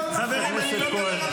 חברים, אני לא מדבר על זה.